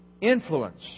influence